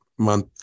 month